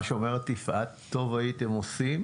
מה שאומרת יפעת, טוב היה עושה